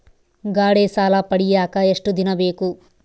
ಗಾಡೇ ಸಾಲ ಪಡಿಯಾಕ ಎಷ್ಟು ದಿನ ಬೇಕು?